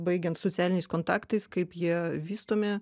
baigiant socialiniais kontaktais kaip jie vystomi